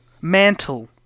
Mantle